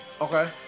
Okay